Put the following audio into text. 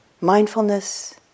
mindfulness